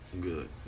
Good